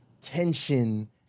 tension